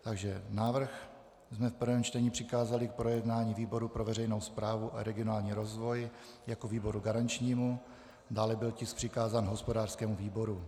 Takže návrh jsme v prvním čtení přikázali k projednání výboru pro veřejnou správu a regionální rozvoj jako výboru garančnímu, dále byl tisk přikázán hospodářskému výboru.